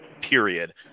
period